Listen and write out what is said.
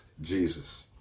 Jesus